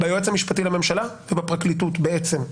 ביועץ המשפטי לממשלה ובפרקליטות בעצם.